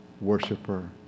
worshiper